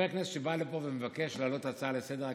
כנסת שבא לפה ומבקש להעלות הצעה לסדר-היום,